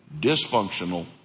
dysfunctional